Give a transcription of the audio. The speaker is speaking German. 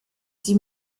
sie